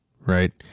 right